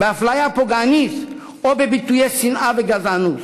באפליה פוגענית או בביטויי שנאה וגזענות.